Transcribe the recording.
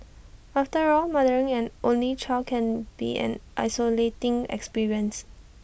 after all mothering an only child can be an isolating experience